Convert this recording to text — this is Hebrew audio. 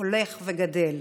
הולך וגדל.